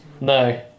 No